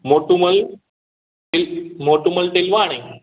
Motumal Til Motumal Tilwani